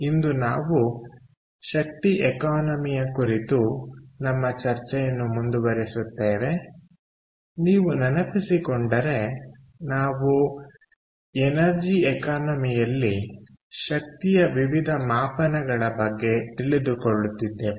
ಇಂದು ನಾವು ಶಕ್ತಿ ಎಕಾನಮಿಯ ಕುರಿತು ನಮ್ಮ ಚರ್ಚೆಯನ್ನು ಮುಂದುವರಿಸುತ್ತೇವೆ ನೀವು ನೆನಪಿಸಿಕೊಂಡರೆ ನಾವು ಎನರ್ಜಿ ಎಕಾನಮಿಯಲ್ಲಿ ಶಕ್ತಿಯ ವಿವಿಧ ಮಾಪನಗಳ ಬಗ್ಗೆ ತಿಳಿದುಕೊಳ್ಳುತ್ತಿದ್ದೆವು